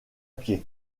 pied